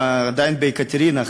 עדיין ביקטרינה,